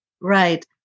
Right